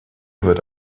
wird